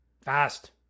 Fast